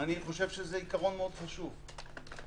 אני חושב שזה עיקרון חשוב מאוד.